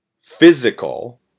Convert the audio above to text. physical